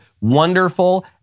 wonderful